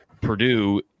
Purdue